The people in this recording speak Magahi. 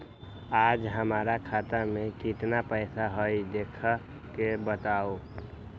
आज हमरा खाता में केतना पैसा हई देख के बताउ?